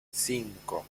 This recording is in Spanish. cinco